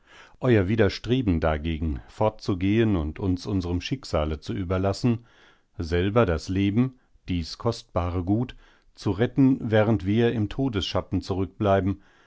euer widerstreben dagegen fortzugehen und uns unserem schicksale zu überlassen selber das leben dies kostbare gut zu retten während wir im todesschatten zurückbleiben